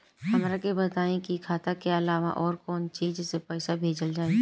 हमरा के बताई की खाता के अलावा और कौन चीज से पइसा भेजल जाई?